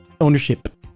ownership